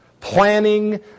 planning